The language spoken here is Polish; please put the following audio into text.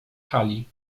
hali